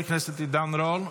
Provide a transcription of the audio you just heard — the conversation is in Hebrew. חבר הכנסת עידן רול,